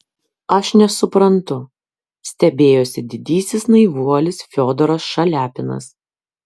aš nesuprantu stebėjosi didysis naivuolis fiodoras šaliapinas